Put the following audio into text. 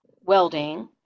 welding